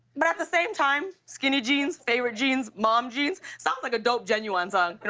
but, at the same time, skinny jeans, favorite jeans, mom jeans sounds like a dope ginuwine song, but